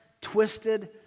twisted